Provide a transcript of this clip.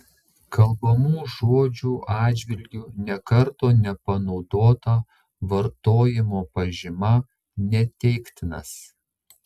kalbamų žodžių atžvilgiu nė karto nepanaudota vartojimo pažyma neteiktinas